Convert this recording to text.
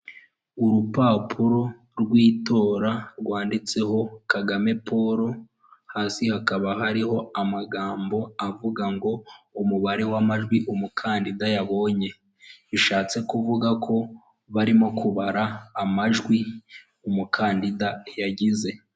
Urupapuro rw'itora rwanditseho Kagame Paul, hasi hakaba hariho amagambo avuga ngo umubare w'amajwi umukandida yabonye, bishatse kuvuga ko barimo kubara amajwi umukandida yagize.